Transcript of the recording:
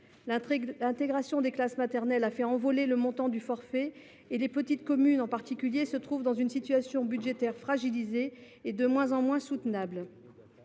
L’intégration des classes maternelles a fait s’envoler le montant du forfait et les communes, en particulier les plus petites, se trouvent dans une situation budgétaire fragilisée et de moins en moins soutenable.